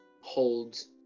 holds